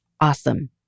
awesome